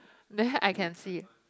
there I can see